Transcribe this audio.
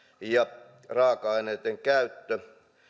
ja raaka aineitten käytössä